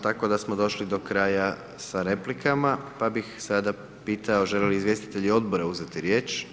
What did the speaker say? Tako da smo došli do kraja sa replikama pa bih sada pitao žele li izvjestitelji odbora uzeti riječ?